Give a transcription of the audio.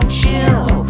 chill